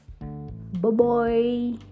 Bye-bye